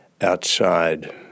outside